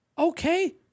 Okay